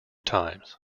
times